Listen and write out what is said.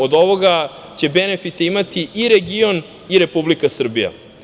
Od ovoga će benefite imati i region i Republika Srbija.